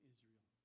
Israel